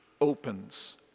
opens